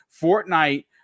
Fortnite